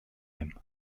him